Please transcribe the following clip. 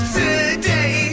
today